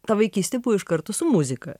ta vaikystė buvo iš karto su muzika